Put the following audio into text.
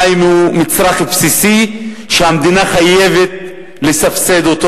המים הם מצרך בסיסי שהמדינה חייבת לסבסד,